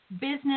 business